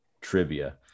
trivia